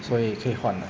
所以可以换了